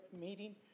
meeting